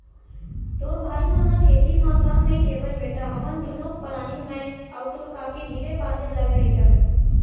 तोर भाई मन ह खेती म संग नइ देवयँ बेटा हमन दुनों परानी मैं अउ तोर काकी धीरे बांधे लगे रइथन